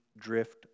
drift